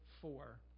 four